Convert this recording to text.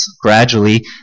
gradually